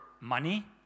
money